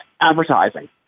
advertising